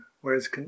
Whereas